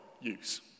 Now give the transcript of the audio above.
use